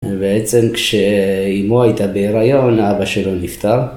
בעצם כשאימו הייתה בהיריון, אבא שלו נפטר.